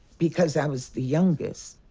because i was the youngest.